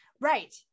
right